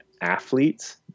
athletes